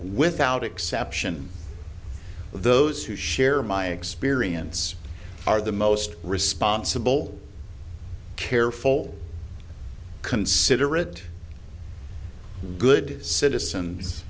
without exception of those who share my experience are the most responsible careful considerate good citizens